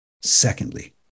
Secondly